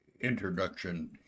introduction